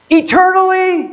eternally